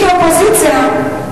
כאופוזיציה,